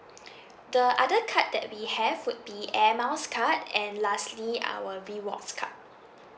the other card that we have would be air miles card and lastly our rewards card